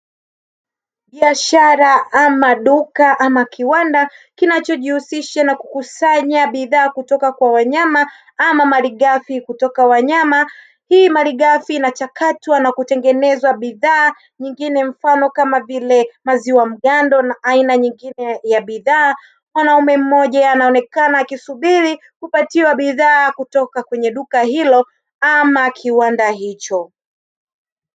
Biashara ama duka ama kiwanda kinachojihusisha na kukusanya bidhaa kutoka kwa wanyama ama malighafi kutoka kwa wanyama. Hii malighafi inachakatwa na kutengenezwa bidhaa nyingine mfano kamavile maziwa mgando, aina nyingine ya bidhaa. Mwanaume mmoja akionekana wakisubiri kupatiwa bidhaa kutoka kwenye duka hilo ama kiwanda hicho.